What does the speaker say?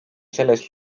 selles